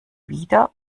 wieder